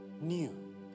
new